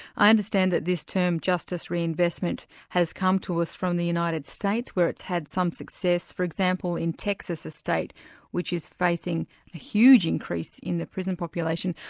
i understand that this term justice reinvestment has come to us from the united states, where it's had some success for example, in texas, a state which is facing a huge increase in the prison population,